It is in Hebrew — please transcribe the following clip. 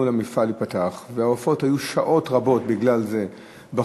למפעל להיפתח והעופות היו שעות רבות בגלל זה בחוץ,